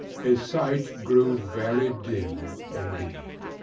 his sight grew very dim indeed.